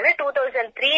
2003